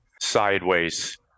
sideways